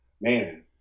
Man